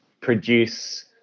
produce